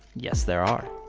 yes, there are!